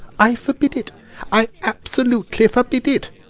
i forbid it i absolutely forbid it!